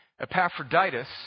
Epaphroditus